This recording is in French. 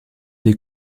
des